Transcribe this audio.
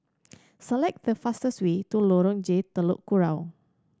select the fastest way to Lorong J Telok Kurau